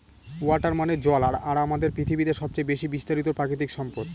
water মানে জল আর আমাদের পৃথিবীতে সবচেয়ে বেশি বিস্তারিত প্রাকৃতিক সম্পদ